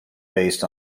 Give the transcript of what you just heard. based